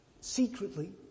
secretly